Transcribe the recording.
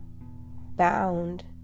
bound